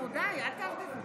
נו, די, אל תערבבו.